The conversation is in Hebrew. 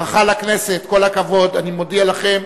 ברכה לכנסת, כל הכבוד, אני מודיע לכם.